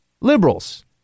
Liberals